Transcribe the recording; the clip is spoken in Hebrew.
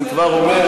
אני כבר אומר,